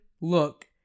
look